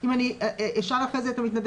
אם אני אשאל אחרי זה את המתנדב,